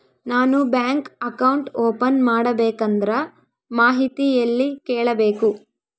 ನಾನು bank account open ಮಾಡಬೇಕಂದ್ರ ಮಾಹಿತಿ ಎಲ್ಲಿ ಕೇಳಬೇಕು?